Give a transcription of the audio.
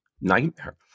nightmare